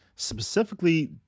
Specifically